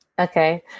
Okay